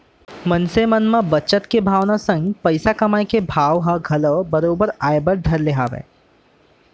मनसे मन म बचत के भावना संग पइसा कमाए के भाव हर घलौ बरोबर आय बर धर ले हवय